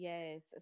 Yes